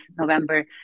November